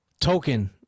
Token